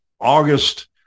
August